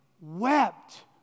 wept